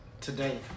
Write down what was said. today